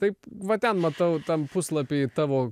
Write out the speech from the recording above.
taip va ten matau tam puslapy tavo